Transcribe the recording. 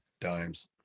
dimes